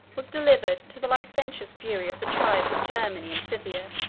was delivered to the licentious fury of the tribes of germany and scythia.